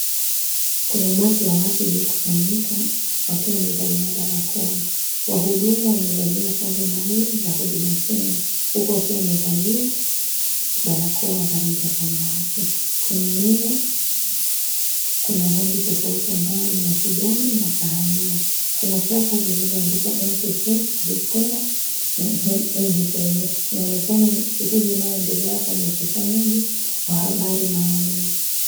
Kuna umati wa watu uliokusanyika, wakiwa wamebalia barakoa. Wahudumu wamevalia sare maalum za Huduma Kenya huko wakiwa wamevalia barakoa za rangi ya samawati. Kwenye meza, kuna rangi tofauti ambayo ni ya kijani na kahawia. Kuna chapa zilizoandikwa, NTSA, Good conduct na NHIF. Inaonekana ni shughuli inayoendelea hapa ni ukusanyaji wa habari maalum.